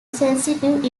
sensitive